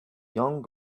young